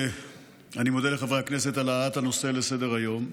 אני מודה לחברי הכנסת על העלאת הנושא לסדר-היום.